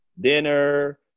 Dinner